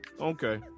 Okay